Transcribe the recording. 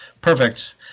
Perfect